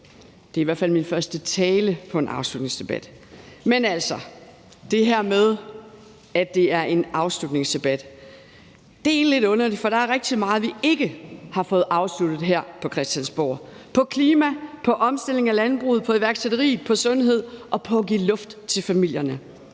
Det er i hvert fald min første tale til en afslutningsdebat. Men altså, det her med, at det er en afslutningsdebat, er egentlig lidt underligt, for der er rigtig meget, vi ikke har fået afsluttet her på Christiansborg: på klima, på omstilling af landbruget, på iværksætteri, på sundhed og på at give luft til familierne.